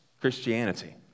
Christianity